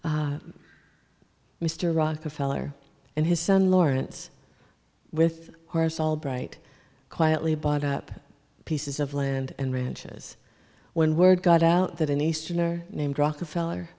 slee mr rockefeller and his son lawrence with horse albright quietly bought up pieces of land and ranches when word got out that an easterner named rockefeller